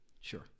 Sure